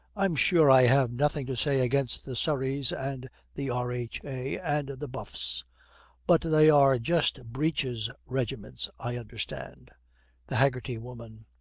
i'm sure i have nothing to say against the surreys and the r h a. and the buffs but they are just breeches regiments, i understand the haggerty woman.